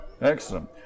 Excellent